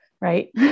Right